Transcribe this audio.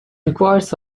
requires